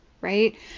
right